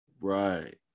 Right